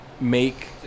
make